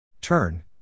Turn